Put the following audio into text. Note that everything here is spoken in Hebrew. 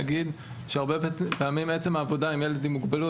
הרבה פעמים עצם העבודה עם ילד עם מוגבלות,